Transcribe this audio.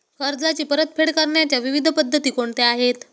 कर्जाची परतफेड करण्याच्या विविध पद्धती कोणत्या आहेत?